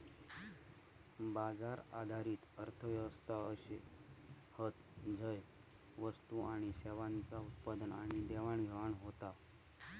बाजार आधारित अर्थ व्यवस्था अशे हत झय वस्तू आणि सेवांचा उत्पादन आणि देवाणघेवाण होता